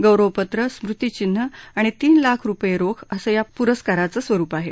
गौरवपत्र स्मृतीचिन्ह आणि तीन लाख रुपये रोख असं या पुरस्काराचं स्वरुप आहे